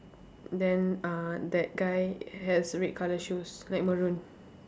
then uh that guy has red colour shoes like maroon